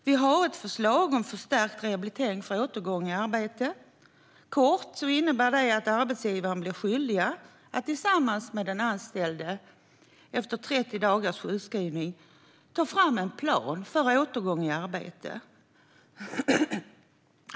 Vi har ett förslag om förstärkt rehabilitering för återgång i arbete. Kort innebär det att arbetsgivare blir skyldiga att tillsammans med den anställde efter 30 dagars sjukskrivning ta fram en plan för återgång i arbete.